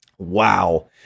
Wow